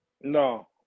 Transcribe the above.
No